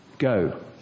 Go